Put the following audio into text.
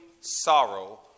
sorrow